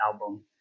album